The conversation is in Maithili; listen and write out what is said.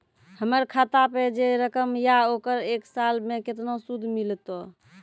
हमर खाता पे जे रकम या ओकर एक साल मे केतना सूद मिलत?